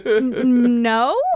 No